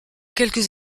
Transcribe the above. quelques